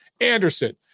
Anderson